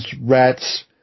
Rats